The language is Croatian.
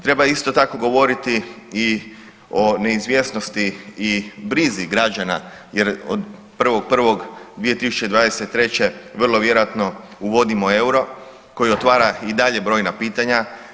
Treba isto tako govoriti i o neizvjesnosti i brizi građana jer od 1.1.2023. vrlo vjerojatno uvodimo euro koji otvara i dalje brojna pitanja.